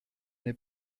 n’ai